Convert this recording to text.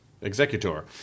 Executor